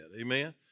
amen